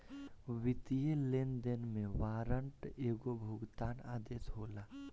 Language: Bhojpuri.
वित्तीय लेनदेन में वारंट एगो भुगतान आदेश होला